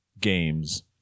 games